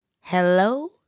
Hello